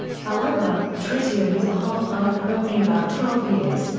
however, tritium has a half-life of only about twelve years,